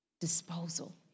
disposal